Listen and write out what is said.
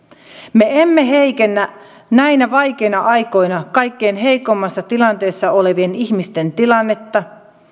me emme heikennä näinä vaikeina aikoina kaikkein heikoimmassa tilanteessa olevien ihmisten tilannetta